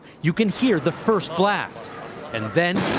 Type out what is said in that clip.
you can hear the first blast and then